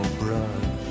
brush